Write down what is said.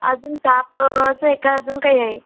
अजून ताप असं आहे का अजून काही आहे